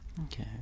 Okay